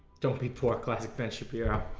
don't be poor classic ben shapiro